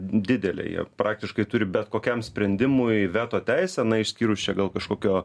didelė jie praktiškai turi bet kokiam sprendimui veto teisę na išskyrus čia gal kažkokio